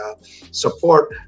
support